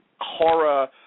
horror